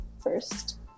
first